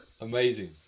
Amazing